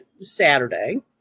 Saturday